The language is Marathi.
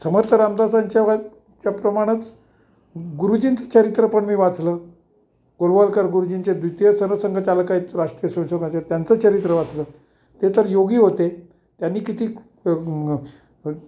समर्थ रामदाासांच्या प्रमाणच गुरुजींचं चरित्र पण मी वाचलं गुरवलकर गुरुजींचे द्विततीय सरसंघ चालक आहेत त राष्ट्रीय सरसंघाचे त्यांचं चरित्र वाचलं ते तर योगी होते त्यांनी किती